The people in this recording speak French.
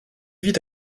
vit